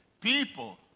People